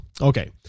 Okay